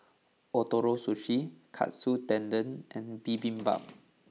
Ootoro Sushi Katsu Tendon and Bibimbap